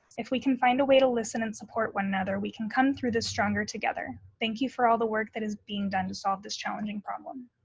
if we can find a way to listen and support one another, we can come through this stronger together. thank you for all the work that is being done to solve this challenging problem.